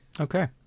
Okay